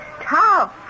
tough